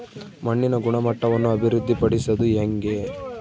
ಮಣ್ಣಿನ ಗುಣಮಟ್ಟವನ್ನು ಅಭಿವೃದ್ಧಿ ಪಡಿಸದು ಹೆಂಗೆ?